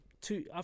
two